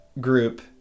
group